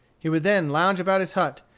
he would then lounge about his hut,